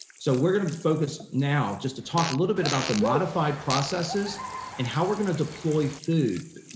so we're gonna focus now just to talk a little bit about the modified processes and how we're gonna deploy food.